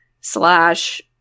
slash